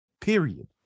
Period